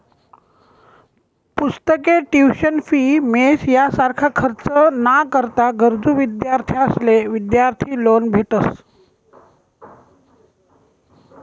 पुस्तके, tuition fee, mess यासारखा खर्च ना करता गरजू विद्यार्थ्यांसले विद्यार्थी लोन भेटस